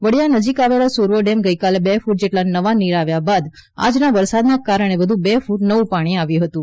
વડીયા નજીક આવેલા સુરવો ડેમમાં ગઈકાલે બે ફ્રટ જેટલા નવા નીર આવ્યા બાદ આજના વરસાદના કારણે વધુ બે ફ્રટ નવું પાણી આવ્યું હતું